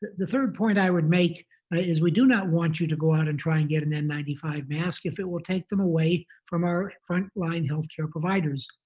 the third point i would make is we do not want you to go out and try to and get an n nine five mask if it will take them away from our frontline healthcare providers.